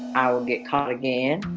i would get caught again.